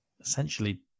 essentially